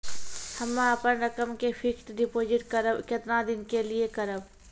हम्मे अपन रकम के फिक्स्ड डिपोजिट करबऽ केतना दिन के लिए करबऽ?